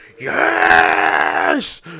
yes